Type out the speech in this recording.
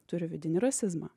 turi vidinį rasizmą